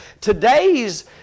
Today's